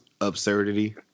absurdity